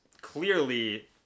clearly